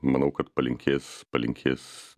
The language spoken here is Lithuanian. manau kad palinkės palinkės